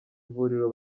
ivuriro